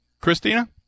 Christina